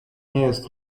jest